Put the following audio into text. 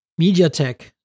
MediaTek